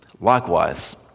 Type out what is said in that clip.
Likewise